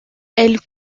elle